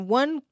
one